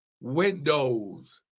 windows